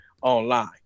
online